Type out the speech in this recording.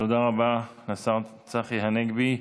תודה רבה, השר צחי הנגבי.